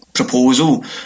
Proposal